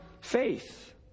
faith